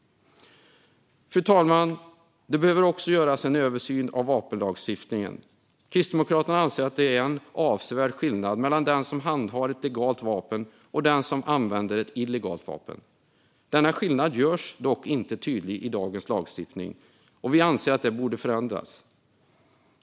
Fru talman! Det behöver också göras en översyn av vapenlagstiftningen. Kristdemokraterna anser att det är en avsevärd skillnad mellan den som handhar ett legalt vapen och den som använder ett illegalt vapen. Denna skillnad görs dock inte tydlig i dagens lagstiftning. Vi anser att det borde förändras.